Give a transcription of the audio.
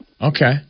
Okay